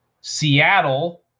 seattle